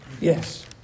Yes